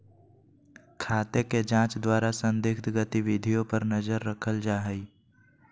खाते के जांच द्वारा संदिग्ध गतिविधियों पर नजर रखल जा हइ